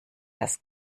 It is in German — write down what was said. das